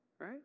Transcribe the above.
right